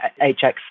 HX